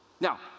Now